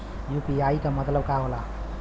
UPI के मतलब का होला?